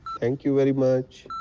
thank you very much.